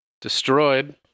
Destroyed